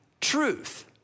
truth